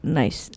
nice